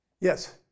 Yes